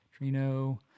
Trino